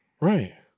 Right